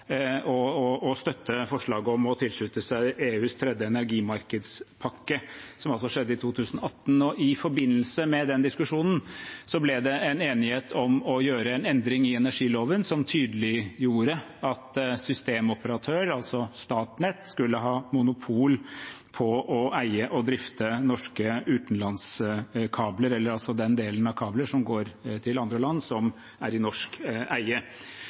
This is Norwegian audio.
besluttet å støtte forslaget om å tilslutte seg EUs tredje energimarkedspakke, som altså skjedde i 2018. I forbindelse med den diskusjonen ble det enighet om å gjøre en endring i energiloven, som tydeliggjorde at systemoperatør, altså Statnett, skulle ha monopol på å eie og drifte norske utenlandskabler, altså den delen av kablene som går til andre land, og som er i norsk eie.